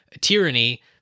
tyranny